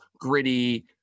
gritty